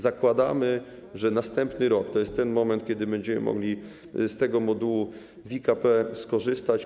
Zakładamy, że następny rok to jest ten moment, kiedy będziemy mogli z tego modułu w IKP skorzystać.